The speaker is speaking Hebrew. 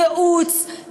ייעוץ,